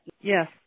Yes